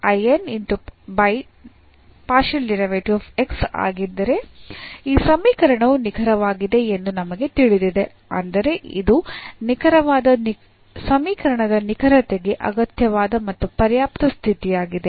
ಈ ಆಗಿದ್ದರೆ ಈ ಸಮೀಕರಣವು ನಿಖರವಾಗಿದೆ ಎಂದು ನಮಗೆ ತಿಳಿದಿದೆ ಅಂದರೆ ಇದು ಸಮೀಕರಣದ ನಿಖರತೆಗೆ ಅಗತ್ಯವಾದ ಮತ್ತು ಪರ್ಯಾಪ್ತ ಸ್ಥಿತಿಯಾಗಿದೆ